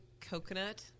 coconut